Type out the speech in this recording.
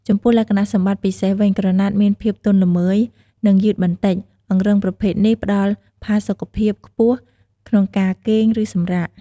ចំពោះលក្ខណៈសម្បត្តិពិសេសវិញ ក្រណាត់មានភាពទន់ល្មើយ និងយឺតបន្តិច អង្រឹងប្រភេទនេះផ្ដល់ផាសុខភាពខ្ពស់ក្នុងការគេង ឬសម្រាក។